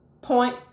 Point